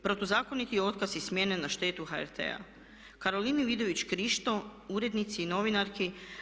Protuzakoniti otkaz i smjene na štetu HRT-a, Karolini Vidović-Krišto, urednici i novinarki.